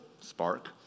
spark